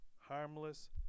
harmless